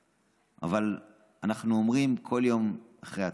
אבל אנחנו אומרים כל יום אחרי התפילה,